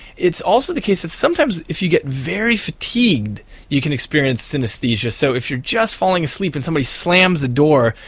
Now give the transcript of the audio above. it's also the case that sometimes if you get very fatigued you can experience synesthesia. so if you're just falling asleep and somebody slams a door,